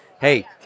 hey